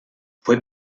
fue